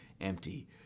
empty